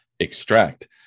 extract